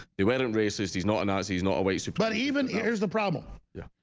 they weren't racist. he's not an ass. he's not a waste, but even here's the problem yeah,